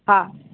हा